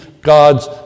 God's